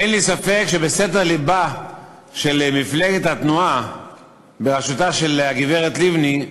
אין לי ספק שבסתר לבה של מפלגת התנועה בראשותה של הגברת לבני,